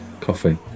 coffee